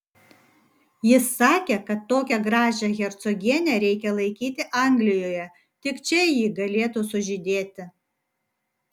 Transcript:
jis sakė kad tokią gražią hercogienę reikia laikyti anglijoje tik čia ji galėtų sužydėti